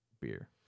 beer